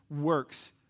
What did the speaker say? works